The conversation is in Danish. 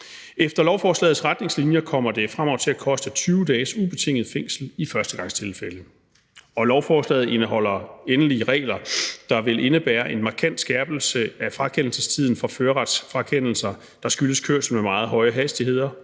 Efter lovforslagets retningslinjer kommer det fremover til at koste 20 dages ubetinget fængsel i førstegangstilfælde. Og lovforslaget indeholder endelig regler, der vil indebære en markant skærpelse af frakendelsestiden for førerret, der skyldes kørsel med meget høje hastigheder,